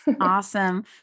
Awesome